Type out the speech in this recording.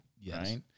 Yes